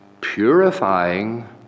purifying